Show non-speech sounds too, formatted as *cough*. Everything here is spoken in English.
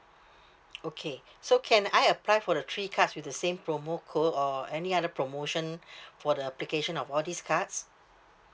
okay so can I apply for the three cards with the same promo code or any other promotion *breath* for the application of all these cards